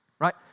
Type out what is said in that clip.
Right